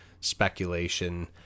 speculation